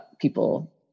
people